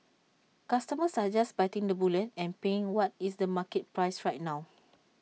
customers are just biting the bullet and paying what is the market price right now